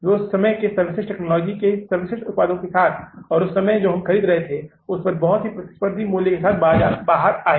वे उस समय के सर्वश्रेष्ठ टेक्नोलॉजी के सर्वश्रेष्ठ उत्पादों के साथ और उस समय जो हम खरीद रहे थे उस पर बहुत प्रतिस्पर्धी मूल्य के साथ बाहर आए